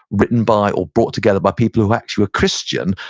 written by or brought together by people who actually were christian,